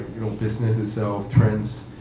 you know, business itself, trends,